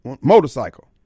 motorcycle